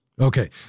Okay